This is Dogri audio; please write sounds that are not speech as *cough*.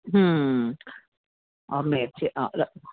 *unintelligible*